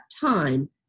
time